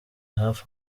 hafi